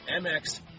MX